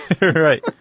Right